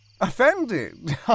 Offended